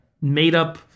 made-up